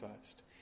first